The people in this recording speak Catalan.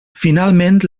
finalment